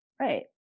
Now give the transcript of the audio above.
Right